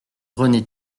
rené